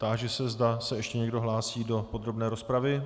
Táži se, zda se ještě někdo hlásí do podrobné rozpravy.